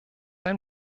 ein